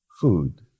food